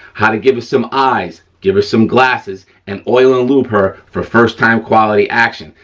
how to give her some eyes, give her some glasses, and oil and lube her for first time quality action.